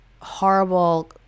horrible